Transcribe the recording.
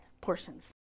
portions